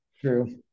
True